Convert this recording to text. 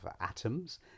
atoms